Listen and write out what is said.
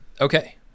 Okay